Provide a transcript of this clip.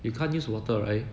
you can't use water right